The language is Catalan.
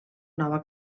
nova